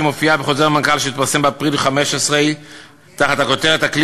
שמופיעה בחוזר המנכ"ל שהתפרסם באפריל 2015 תחת הכותרת "אקלים